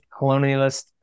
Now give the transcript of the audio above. colonialist